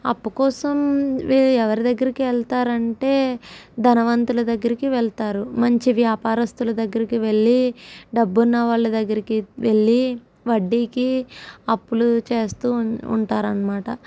అప్పు కోసం వేరే ఎవరి దగ్గరికి వెళ్తారంటే ధనవంతుల దగ్గరకి వెళ్తారు మంచి వ్యాపారస్తుల దగ్గరికి వెళ్ళి డబ్బున్న వాళ్ళ దగ్గరికి వెళ్ళి వడ్డీకి అప్పులు చేస్తూ ఉంటారు అనమాట